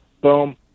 boom